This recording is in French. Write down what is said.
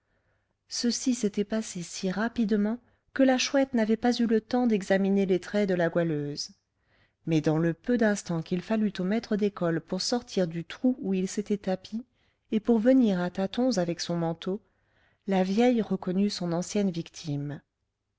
ceci s'était passé si rapidement que la chouette n'avait pas eu le temps d'examiner les traits de la goualeuse mais dans le peu d'instants qu'il fallut au maître d'école pour sortir du trou où il s'était tapi et pour venir à tâtons avec son manteau la vieille reconnut son ancienne victime